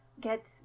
get